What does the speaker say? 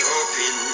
open